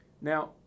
Now